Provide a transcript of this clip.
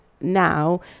now